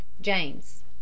James